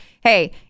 hey